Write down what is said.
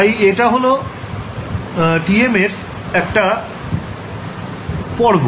তাই এটা হল TM এর একটা পর্ব